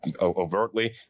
overtly